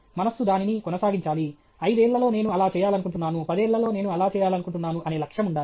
మనస్సు దానిని కొనసాగించాలి ఐదేళ్ళలో నేను అలా చేయాలనుకుంటున్నాను పదేళ్ళలో నేను అలా చేయాలనుకుంటున్నాను అనే లక్ష్యం ఉండాలి